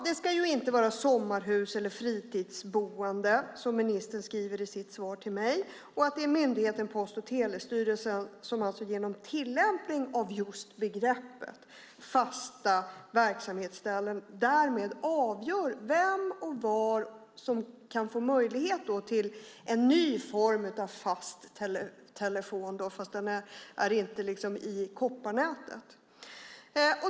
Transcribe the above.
Det ska inte vara sommarhus eller fritidsboende, som ministern skriver i sitt svar till mig. Det är myndigheten Post och telestyrelsen som genom tillämpning av begreppet fasta verksamhetsställen avgör vem som och var man kan få möjlighet till en ny form av fast telefon fastän den inte är i kopparnätet.